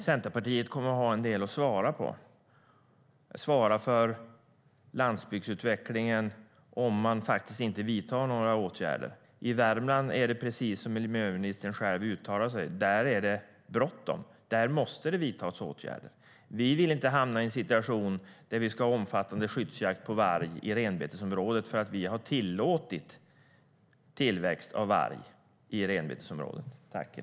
Centerpartiet kommer att ha en del att svara för när det gäller landsbygdsutvecklingen om man inte vidtar några åtgärder. I Värmland är det, precis som miljöministern själv uttalade, bråttom. Där måste det vidtas åtgärder. Vi vill inte hamna i en situation där vi ska ha omfattande skyddsjakt på varg i renbetesområdet för att vi har tillåtit tillväxt av varg där.